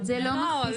את זה לא מכפיפים.